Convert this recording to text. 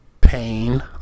pain